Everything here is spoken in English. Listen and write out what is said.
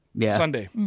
Sunday